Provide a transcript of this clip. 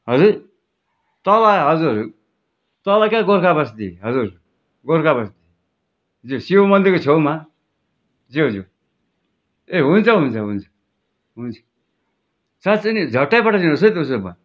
हजुर तल हजुर तल क्या गोर्खा बस्ती हजुर गोर्खा बस्ती ज्यू शिव मन्दिरको छेउमा ज्यू ज्यू ए हुन्छ हुन्छ हुन्छ हुन्छ साँच्ची नै झट्टै पठाइदिनुहोस् त उसो भए